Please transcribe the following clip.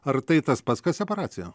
ar tai tas pats kas separacija